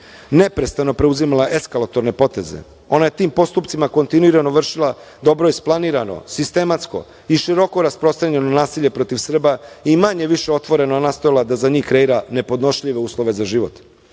neprestano preuzimala eskalatorne poteze. Ona je tim postupcima kontinuirano vršila dobro isplanirano, sistematsko i široko rasprostranjeno nasilje protiv Srba i manje, više nastojala da za njih kreira nepodnošljive uslove za život.